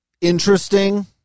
interesting